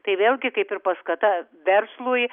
tai vėlgi kaip ir paskata verslui